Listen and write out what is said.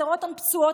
אתה רואה אותן פצועות,